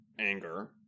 anger